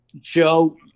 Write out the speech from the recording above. Joe